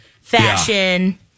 fashion